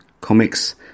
comics